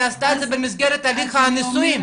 היא עשתה את זה במסגרת הליך הנישואים.